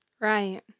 Right